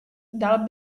dal